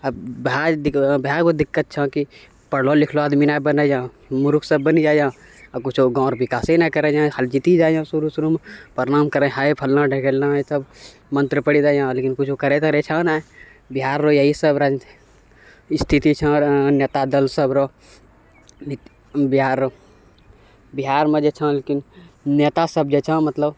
आब वएह एगो दिक्कत छऽ कि पढ़लऽ लिखलऽ आदमी नहि बनै हइ मूर्ख सब बनि जाइ हइ आओर कुछो गाँव रऽ विकासे नहि करै हइ खाली जीति जाइ हइ शुरू शुरूमे प्रणाम करै फलना ढेकाना हइ सब मन्त्र पढ़ि जाइ हइ लेकिन किछु करै धरै छऽ नहि बिहारो इएह सब स्थिति छऽ नेता दल सबरो बिहार बिहारमे जे छऽ लेकिन नेता सब जे छऽ मतलब